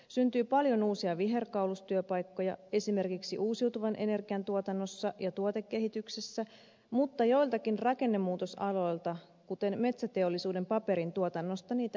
syntyy paljon uusia viherkaulustyöpaikkoja esimerkiksi uusiutuvan energian tuotannossa ja tuotekehityksessä mutta joiltakin rakennemuutosaloilta kuten metsäteollisuuden paperintuotannosta niitä häviää